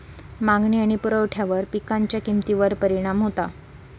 मागणी आणि पुरवठ्यावर पिकांच्या किमतीवर परिणाम होता